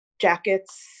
jackets